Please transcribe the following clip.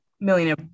Millionaire